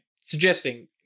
suggesting